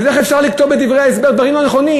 אז איך אפשר לכתוב בדברי ההסבר דברים לא נכונים?